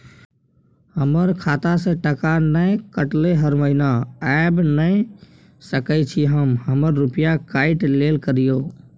हमर खाता से टका नय कटलै हर महीना ऐब नय सकै छी हम हमर रुपिया काइट लेल करियौ?